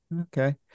Okay